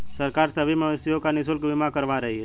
सरकार सभी मवेशियों का निशुल्क बीमा करवा रही है